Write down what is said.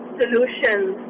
solutions